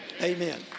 Amen